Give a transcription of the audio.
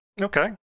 Okay